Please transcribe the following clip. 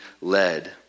led